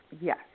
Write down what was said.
Yes